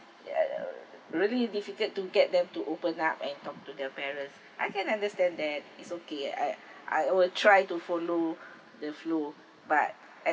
really difficult to get them to open up and talk to their parents I can understand that it's okay I I will try to follow the flow but at